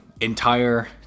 entire